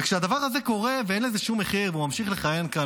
כשהדבר הזה קורה ואין לזה שום מחיר והוא ממשיך לכהן כאן,